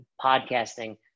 podcasting